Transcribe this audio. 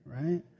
Right